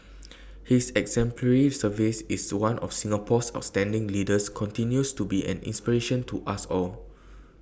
his exemplary service is The One of Singapore's outstanding leaders continues to be an inspiration to us all